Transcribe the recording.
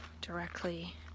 directly